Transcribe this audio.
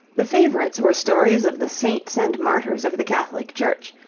the favourites were stories of the saints and martyrs of the catholic church,